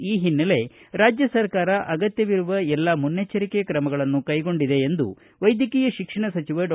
ಈ ಹಿನ್ನೆಲೆ ರಾಜ್ಯ ಸರ್ಕಾರ ಅಗತ್ಯವಿರುವ ಎಲ್ಲಾ ಮುನ್ನೆಚ್ವರಿಕೆಯ ತ್ರಮಗಳನ್ನು ಕೈಗೊಂಡಿದೆ ಎಂದು ವೈದ್ಯಕೀಯ ಶಿಕ್ಷಣ ಸಚಿವ ಡಾ